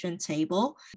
table